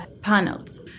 panels